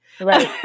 Right